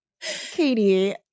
Katie